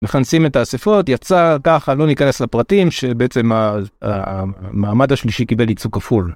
נכנסים את הספרות יצא ככה לא ניכנס לפרטים שבעצם המעמד השלישי קיבל ייצוג כפול.